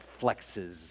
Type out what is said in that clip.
flexes